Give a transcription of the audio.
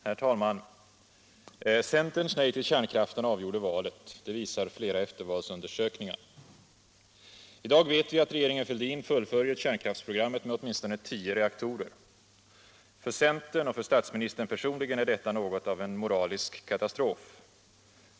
Herr talman! Centerns nej till kärnkraften avgjorde valet. Det visar flera eftervalsundersökningar. I dag vet vi att regeringen Fälldin fullföljer kärnkraftsprogrammet med åtminstone tio reaktorer. För centern och för statsministern personligen debatt Allmänpolitisk debatt är detta något av en moralisk katastrof.